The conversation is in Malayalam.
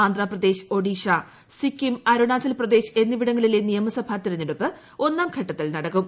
ആന്ധ്രാപ്രദേശ് ഒഡീഷ സിക്കിം അരുണാചൽ പ്രദേശ് എന്നിവിടങ്ങളിലെ നിയമസഭാ തിരഞ്ഞെടുപ്പ് ഒന്നാം ഘട്ടത്തിൽ നടക്കും